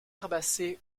herbacées